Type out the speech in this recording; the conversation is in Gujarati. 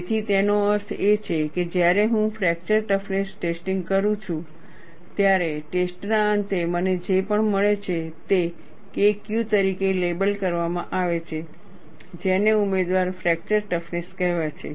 તેથી તેનો અર્થ એ છે કે જ્યારે હું ફ્રેક્ચર ટફનેસ ટેસ્ટિંગ કરું છું ત્યારે ટેસ્ટના અંતે મને જે પણ મળે છે તે KQ તરીકે લેબલ કરવામાં આવે છે જેને ઉમેદવાર ફ્રેક્ચર ટફનેસ કહેવાય છે